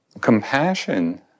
Compassion